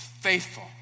faithful